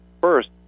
first